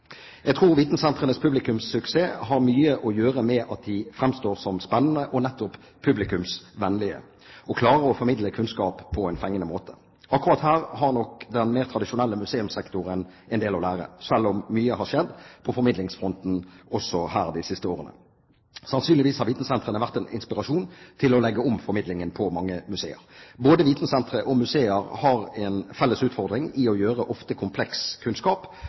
Jeg tror vitensentrenes publikumssuksess har mye å gjøre med at de framstår som spennende og nettopp publikumsvennlige, og klarer å formidle kunnskap på en fengende måte. Akkurat her har nok den mer tradisjonelle museumssektoren en del å lære – selv om mye har skjedd på formidlingsfronten også her de siste årene. Sannsynligvis har vitensentrene vært en inspirasjon til å legge om formidlingen på mange museer. Både vitensentre og museer har en felles utfordring i å gjøre ofte kompleks kunnskap